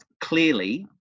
Clearly